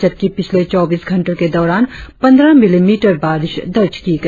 जबकि पिछले चौबीस घंटो के दौरान पंद्रह मिलीमीटर बारिश दर्ज किया गया